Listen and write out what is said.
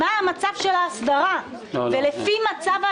וגם לשנות את